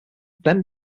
then